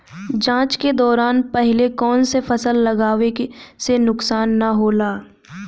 जाँच के दौरान पहिले कौन से फसल लगावे से नुकसान न होला?